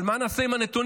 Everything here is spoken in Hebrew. אבל מה נעשה עם הנתונים?